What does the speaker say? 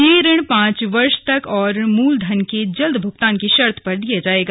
यह ऋण पांच वर्ष तक और मूल धन के जल्द भूगतान की शर्त पर दिया जाएगा